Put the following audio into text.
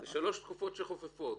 זה שלוש תקופות חופפות.